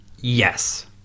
Yes